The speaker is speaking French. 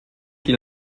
qui